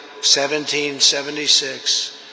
1776